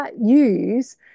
use